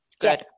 good